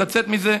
לצאת מזה,